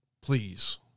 please